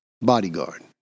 bodyguard